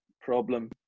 problem